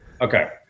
Okay